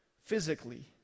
physically